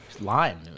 lime